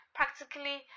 practically